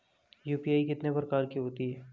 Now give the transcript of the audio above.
UPI कितने प्रकार की होती हैं?